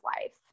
life